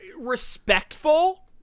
respectful